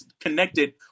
connected